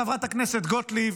חברת הכנסת גוטליב,